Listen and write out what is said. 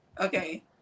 Okay